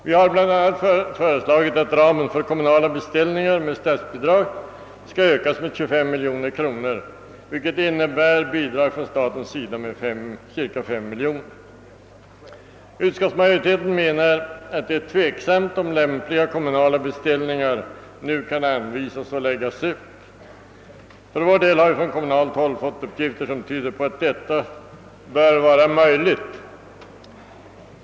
Vi har bl.a. föreslagit att ramen för kommunala beställningar med statsbidrag skall ökas med 25 miljoner kronor, vilket skulle innebära ett ytterligare bidrag från staten med cirka 5 miljoner kronor. Utskottsmajoriteten menar att det är tveksamt om lämpliga kommunala beställningar nu kan anvisas och läggas ut. För vår del har vi från kommunalt håll fått uppgifter som tyder på att detta bör vara möjligt.